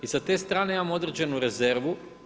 I s te strane imam određenu rezervu.